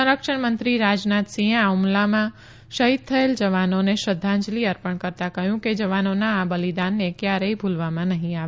સંરક્ષણ મંત્રી રાજનાથસિંહે આ હ્મલામાં શહીદ થયેલ જવાનોને શ્રધ્ધાંજલી અર્પણ કરતાં કહ્યું કે જવાનોના આ બલીદાનને કયારેય ભુલવામાં નહી આવે